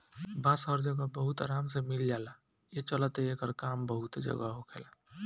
बांस हर जगह बहुत आराम से मिल जाला, ए चलते एकर काम बहुते जगह होखेला